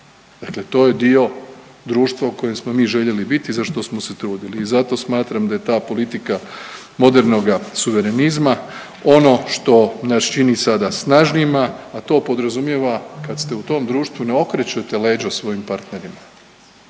Dakle to je dio društva u kojem smo mi željeli biti i za što smo se trudili u zato smatram da je ta politika modernoga suverenizma ono što nas čini sada snažnijima, a to podrazumijeva, kad ste u tom društvu ne okrećete leđa svojim partnerima,